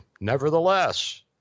Nevertheless